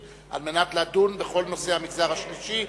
על מנת לדון בכל נושא המגזר השלישי,